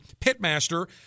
pitmaster